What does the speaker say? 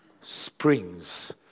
springs